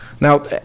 Now